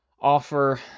offer